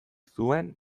zuen